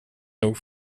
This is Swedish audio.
nog